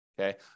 okay